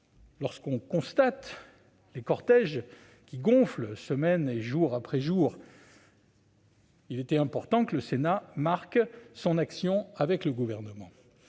Lorsqu'on constate les cortèges qui gonflent jour après jour, il était important que le Sénat marque son action avec le Gouvernement.